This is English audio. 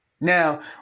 Now